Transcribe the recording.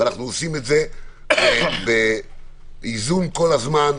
ואנחנו עושים את זה באיזון כל הזמן.